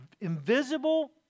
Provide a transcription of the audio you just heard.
invisible